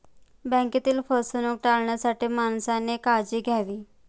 बँकेतील फसवणूक टाळण्यासाठी माणसाने काळजी घ्यावी